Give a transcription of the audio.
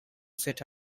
set